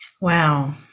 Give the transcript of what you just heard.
Wow